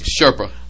Sherpa